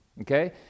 Okay